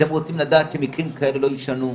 אתם רוצים לדעת שמקרים כאלה לא יישנו,